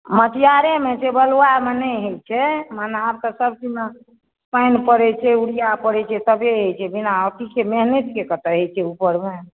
हाथियारेमे छै बलुआहमे नहि होइत छै मने आब तऽ सभचीजमे पानि पड़ैत छै बिआ पड़ैत छै तबे होइत छै बिना अथीके मेहनतिके कतय होइत छै ऊपरमे